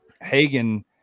Hagen